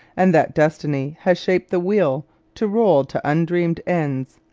and that destiny has shaped the wheel to roll to undreamed ends.